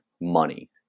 money